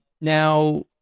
now-